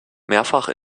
mehrfach